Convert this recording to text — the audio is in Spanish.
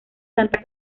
santa